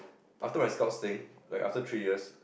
after my scouting like after three years